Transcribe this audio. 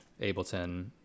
Ableton